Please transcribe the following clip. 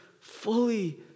fully